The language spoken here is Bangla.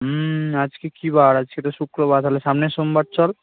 হুম আজকে কী বার আজকে তো শুক্রবার তাহলে সামনের সোমবার চল